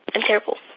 i'm terrible.